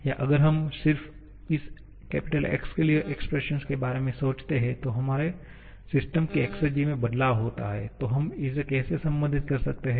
या अगर हम सिर्फ इस X के लिए एक्सप्रेसन के बारे में सोचते हैं तो हमारे सिस्टम की एक्सेरजी में बदलाव होता है तो हम इसे कैसे संबंधित कर सकते हैं